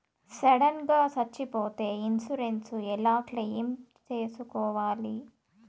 Sudden గా సచ్చిపోతే insurance ఎలా క్లెయిమ్ సేసుకోవాలి?